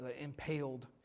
impaled